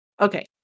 Okay